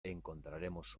encontraremos